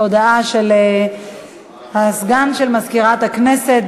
הודעה לסגן מזכירת הכנסת,